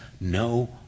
no